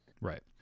Right